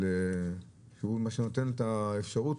מה שנותן את האפשרות